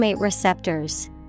receptors